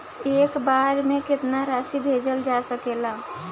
एक बार में केतना राशि भेजल जा सकेला?